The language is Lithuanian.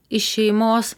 iš šeimos